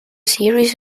series